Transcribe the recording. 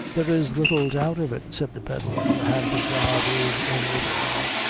there is little doubt of it, said the pedlar, the hand of god is in it all.